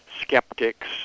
skeptics